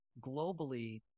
globally